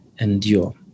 Endure